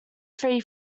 free